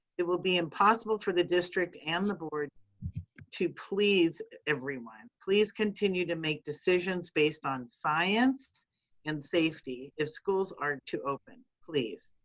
it will be impossible for the district and the board to please everyone. please continue to make decisions based on science and safety if schools are to open, please.